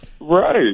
Right